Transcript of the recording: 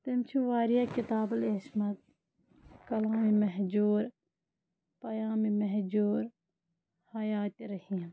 تٔمۍ چھِ واریاہ کِتابہٕ لیچھمَژ کَلامِ مہجوٗر پیامِ مہجوٗر حیاتِ رحیٖم